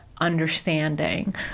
understanding